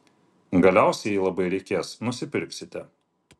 galiausiai jei labai reikės nusipirksite